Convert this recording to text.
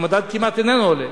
והמדד כמעט איננו עולה.